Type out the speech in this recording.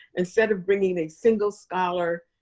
instead of bringing a single scholar,